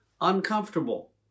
uncomfortable